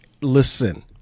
listen